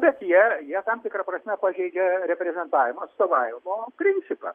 bet jie jie tam tikra prasme pažeidžia reprezentavimo atstovavimo principą